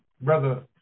Brother